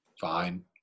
fine